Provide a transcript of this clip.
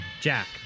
Jack